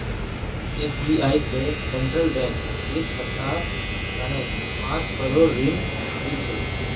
SBI स Central Bank एक सप्ताहर तने पांच करोड़ ऋण लिल छ